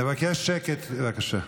אני אבקש שקט, בבקשה.